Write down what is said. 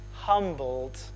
humbled